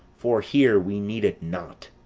for here we need it not.